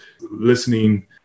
listening